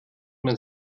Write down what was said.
man